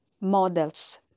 models